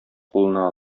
кулына